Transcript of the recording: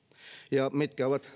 ja mitkä ovat